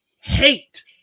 hate